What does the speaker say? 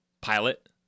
pilot